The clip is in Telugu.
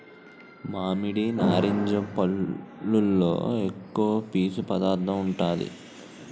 మామిడి, నారింజ పల్లులో ఎక్కువ పీసు పదార్థం ఉంటాది